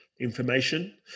information